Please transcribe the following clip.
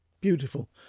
Beautiful